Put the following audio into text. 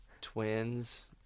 twins